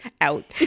out